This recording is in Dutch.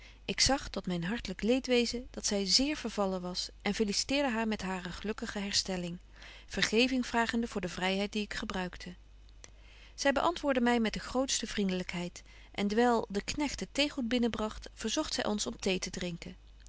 ik zag tot myn hartlyk leedwezen dat zy zéér vervallen was en feliciteerde haar met hare gelukkige herstelling vergeving vragende voor de vryheid die ik gebruikte zy beantwoordde my met de grootste vriendelykheid en dewyl de knegt het theegoed binnen bragt verzogt zy ons om thee te drinken